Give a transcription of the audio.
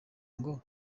ngo